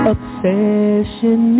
Obsession